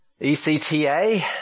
ECTA